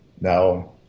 Now